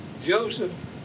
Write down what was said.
Joseph